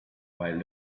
while